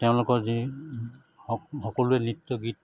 তেওঁলোকৰ যি সকলোৱে নৃত্য গীত